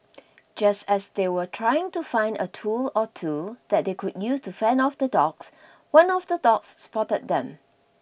just as they were trying to find a tool or two that they could use to fend off the dogs one of the dogs spotted them